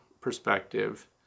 perspective